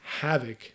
havoc